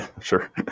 Sure